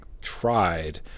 tried